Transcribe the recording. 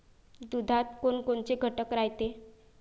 दुधात कोनकोनचे घटक रायते?